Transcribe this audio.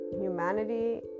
humanity